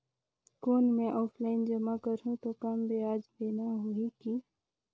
कौन मैं ऑफलाइन जमा करहूं तो कम ब्याज देना होही की?